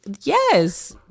Yes